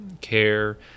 care